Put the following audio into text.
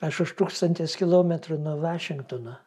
aš už tūkstantis kilometrų nuo vašingtono